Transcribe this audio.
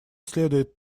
следует